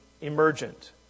emergent